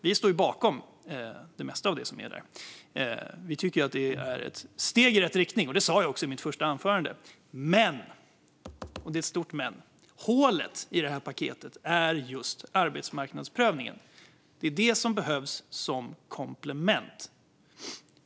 Vi står bakom det mesta som finns där, och vi tycker att det är ett steg i rätt riktning. Det sa jag också i mitt första anförande. Men hålet i paketet är just arbetsmarknadsprövningen. Det är det som behövs som komplement.